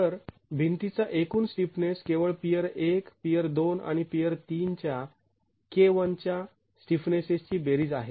तर भिंतीचा एकूण स्टिफनेस केवळ पियर १ पियर २ आणि पियर ३ च्या K 1 च्या स्टिफनेसेसची बेरीज आहे